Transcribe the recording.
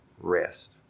rest